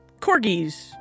corgis